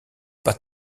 pas